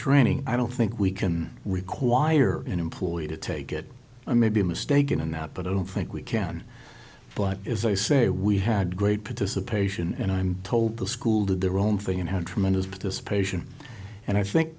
training i don't think we can require an employee to take it i may be mistaken on that but i don't think we can but as i say we had great participation and i'm told the school did their own thing and how tremendous participation and i think